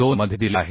2 मध्ये दिले आहे